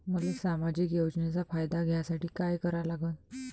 मले सामाजिक योजनेचा फायदा घ्यासाठी काय करा लागन?